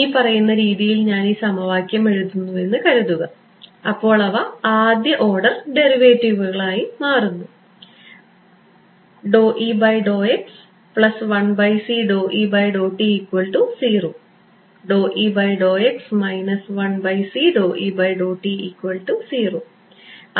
ഇനിപ്പറയുന്ന രീതിയിൽ ഞാൻ ഈ സമവാക്യം എഴുതുന്നുവെന്ന് കരുതുക അപ്പോൾ അവ ആദ്യ ഓർഡർ ഡെറിവേറ്റീവുകളായി മാറുന്നു